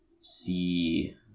see